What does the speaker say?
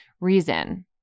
reason